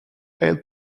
help